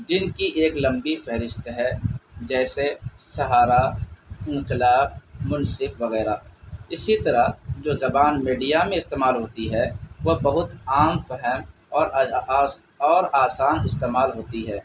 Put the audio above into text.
جن کی ایک لمبی فہرست ہے جیسے سہارا انقلاب منصف وغیرہ اسی طرح جو زبان میڈیا میں استعمال ہوتی ہے وہ بہت عام فہم اور اور آسان استعمال ہوتی ہے